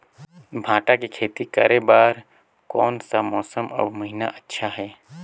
भांटा के खेती करे बार कोन सा मौसम अउ महीना अच्छा हे?